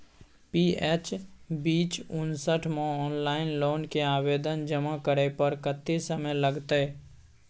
PS बीच उनसठ म ऑनलाइन लोन के आवेदन जमा करै पर कत्ते समय लगतै?